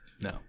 No